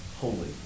holy